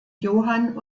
johann